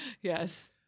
Yes